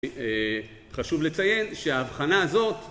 חשוב לציין שההבחנה הזאת